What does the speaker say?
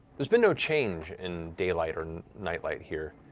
there's been no change in daylight or nightlight here.